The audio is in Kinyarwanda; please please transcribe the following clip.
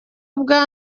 bwa